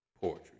Poetry